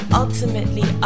ultimately